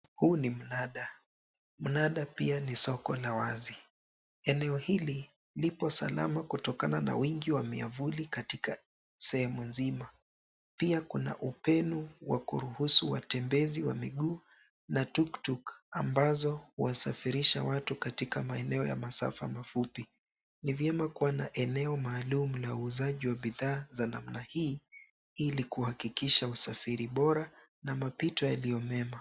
Huu ni mnada, mnada pia ni soko na wazi. Eneo hili lipo salama kutokana na wingi miafuli katika sehemu nzima, pia kuna upenu wa kuruhusu watembezi wa miguu na tuktuk ambazo wasafirisha watu katika maeneo ya masafa mafupi. Ni vyema kuwa na eneo maalum la uzaji wabidhaa za namna hii ili kuhakikisha usafiri bora na mabito yalio mema.